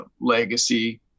legacy